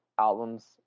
albums